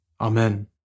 Amen